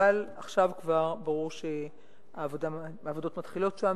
אבל עכשיו כבר ברור שהעבודות מתחילות שם